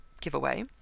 giveaway